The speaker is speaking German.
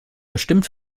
bestimmt